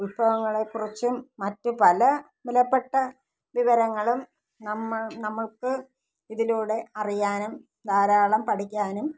ഉത്ഭവങ്ങളെക്കുറിച്ചും മറ്റും പല വിലപ്പെട്ട വിവരങ്ങളും നമ്മൾ നമ്മൾക്ക് ഇതിലൂടെ അറിയാനും ധാരാളം പഠിക്കാനും